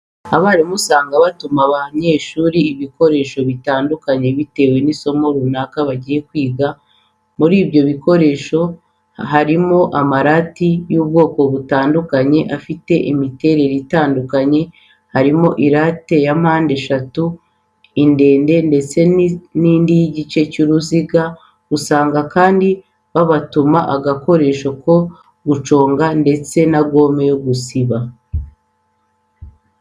Abarimu usanga batuma abanyeshuri ibikoresho bitandukanye bitewe n'isomo runaka bagiye kwiga, muri ibyo bikoresho barimo ama late y'ubwoko butandukanye anafite imiterere itandukanye, harimo iya mpande eshatu, indende, ndetse nindi y'igice cy'uruziga, usanga kandi babatuma agakoresho ko gushushanya ndetse na gome yo gusiba.